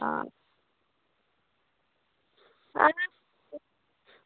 आं आं